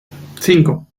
cinco